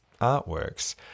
artworks